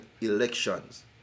elections